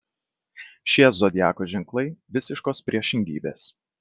šie zodiako ženklai visiškos priešingybės